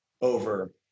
over